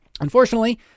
Unfortunately